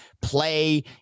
play